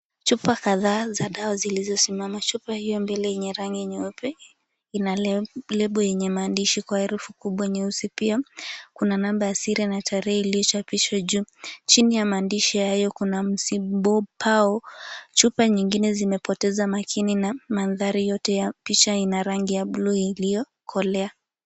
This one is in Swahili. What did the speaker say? Chupa kadhaa za dawa zilizosimama, chupa hii ya mbele yenye rangi nyeupe ina lebo yenye maandishi kwa herufi kubwa nyeusi, pia kuna namba ya siri na tarehe iliyochapishwa juu, chini ya maandishi hayo kuna msibopao, chupa nyingine zimepoteza makini, na manthari yote ya picha ina rangi ya buluu iliyokolea.